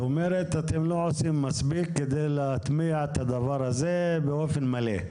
את אומרת שאנחנו לא עושים מספיק כדי להטמיע את הדבר הזה באופן מלא?